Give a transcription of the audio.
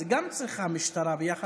היא גם צריכה משטרה יחד איתה.